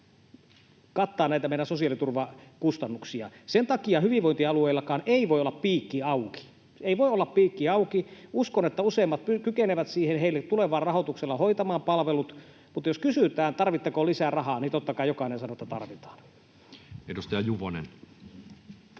kattaa näitä meidän sosiaaliturvakustannuksia. Sen takia hyvinvointialueillakaan ei voi olla piikki auki, ei voi olla piikki auki. Uskon, että useimmat kykenevät sillä heille tulevalla rahoituksella hoitamaan palvelut, mutta jos kysytään, tarvitsetteko lisää rahaa, niin totta kai jokainen sanoo, että tarvitaan. [Speech